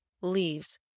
leaves